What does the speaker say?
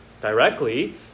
directly